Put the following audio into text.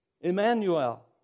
Emmanuel